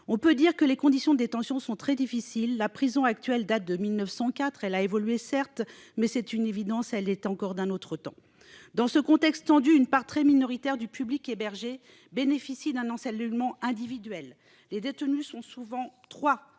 On peut le dire, les conditions de détention sont très difficiles. La prison actuelle date de 1904 ; certes, elle a évolué, mais- c'est une évidence -elle est d'un autre temps. Dans ce contexte tendu, une part très minoritaire du public hébergé bénéficie d'un encellulement individuel. Les détenus sont souvent trois,